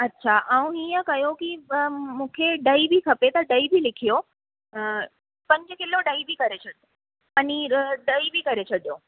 अछा हीअं कयो की मूंखे ॾही बि खपे त ॾही बि लिखियो पंज किलो ॾही बि करे शॾो पनीर ॾही बि करे शॾो